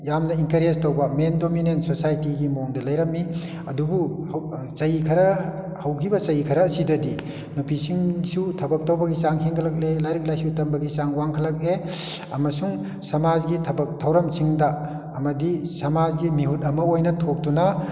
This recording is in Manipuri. ꯌꯥꯝꯅ ꯏꯟꯀꯔꯦꯖ ꯇꯧꯕ ꯃꯦꯟ ꯗꯣꯃꯤꯅꯦꯟ ꯁꯣꯁꯥꯏꯇꯤꯒꯤ ꯃꯑꯣꯡꯗ ꯂꯩꯔꯝꯃꯤ ꯑꯗꯨꯕꯨ ꯆꯍꯤ ꯈꯔ ꯍꯧꯈꯤꯕ ꯆꯍꯤ ꯈꯔꯁꯤꯗꯗꯤ ꯅꯨꯄꯤꯁꯤꯡꯁꯨ ꯊꯕꯛ ꯇꯧꯕꯒꯤ ꯆꯥꯡ ꯍꯦꯟꯒꯠꯂꯛꯂꯦ ꯂꯥꯏꯔꯤꯛ ꯂꯥꯏꯁꯨ ꯇꯝꯕꯒꯤ ꯆꯥꯡ ꯋꯥꯡꯈꯠꯂꯛꯑꯦ ꯑꯃꯁꯨꯡ ꯁꯃꯥꯖꯀꯤ ꯊꯕꯛ ꯊꯧꯔꯝꯁꯤꯡꯗ ꯑꯃꯗꯤ ꯁꯃꯥꯖꯀꯤ ꯃꯤꯍꯨꯠ ꯑꯃ ꯊꯣꯛꯇꯨꯅ